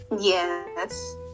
Yes